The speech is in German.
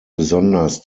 besonders